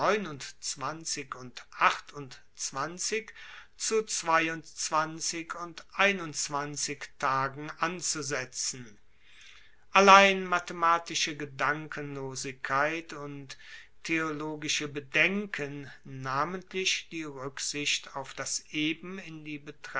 und zu und tagen anzusetzen allein mathematische gedankenlosigkeit und theologische bedenken namentlich die ruecksicht auf das eben in